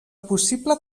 possible